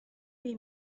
lui